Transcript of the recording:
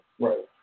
right